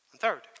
Third